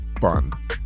Fun